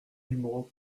numéro